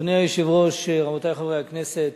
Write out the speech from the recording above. אדוני היושב-ראש, רבותי חברי הכנסת,